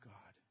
God